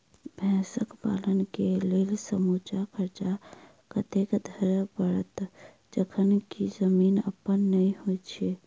भैंसक पालन केँ लेल समूचा खर्चा कतेक धरि पड़त? जखन की जमीन अप्पन नै होइत छी